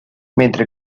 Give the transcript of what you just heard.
mentre